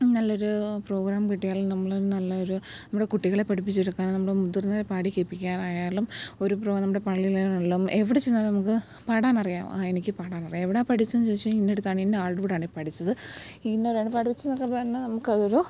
നല്ലൊരു പ്രോഗ്രാം കിട്ടിയാൽ നമ്മള് നല്ലൊരു നമ്മുടെ കുട്ടികളെ പഠിപ്പിച്ചെടുക്കാൻ നമ്മള് മുതിർന്നവരെ പാടിക്കേൾപ്പിക്കാനായാലും ഒരു പ്രോ നമ്മുടെ പള്ളികളിലെല്ലാം എവിടെ ചെന്നാല് നമക്ക് പാടാനറിയാമോ ആ എനിക്ക് പാടാനറിയാം എവിടാ പഠിച്ചതെന്ന് ചോദിച്ചാല് ഇന്നയിടത്താണെന്ന് ഇന്നയാളുടെ കൂടെയാണ് പഠിച്ചത് ഇന്നാരാണ് പഠിച്ചത് എന്നൊക്കെ പറഞ്ഞാല് നമ്മള്ക്കതൊരു